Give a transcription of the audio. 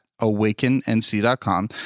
awakennc.com